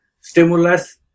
stimulus